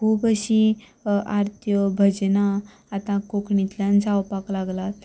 खूब अशीं आरत्यो भजनां आतां कोंकणींतल्यान जावपाक लागलात आनी